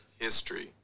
history